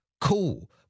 cool